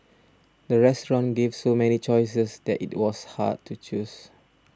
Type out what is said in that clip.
the restaurant gave so many choices that it was hard to choose